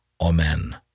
Amen